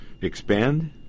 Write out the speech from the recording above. expand